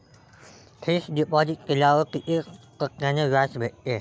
Fix deposit केल्यावर कितीक टक्क्यान व्याज भेटते?